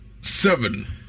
seven